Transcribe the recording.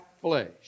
flesh